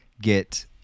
get